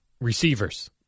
Receivers